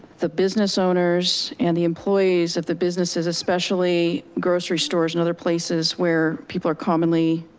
the business owners and the employees of the businesses, especially grocery stores and other places where people are commonly